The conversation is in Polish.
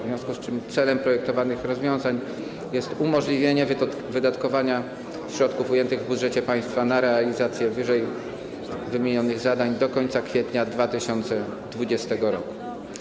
W związku z tym celem projektowanych rozwiązań jest umożliwienie wydatkowania środków ujętych w budżecie państwa na realizację ww. zadań do końca kwietnia 2020 r.